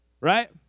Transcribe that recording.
right